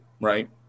Right